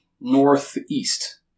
northeast